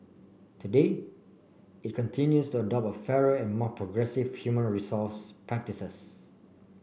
today it continues to adopt fairer and more progressive human resource practices